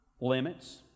Limits